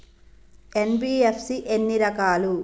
NBFC ఎన్ని రకాలు?